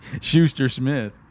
Schuster-Smith